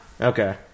Okay